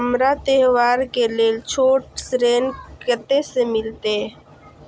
हमरा त्योहार के लेल छोट ऋण कते से मिलते?